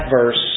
verse